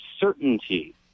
certainty